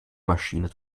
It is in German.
maschine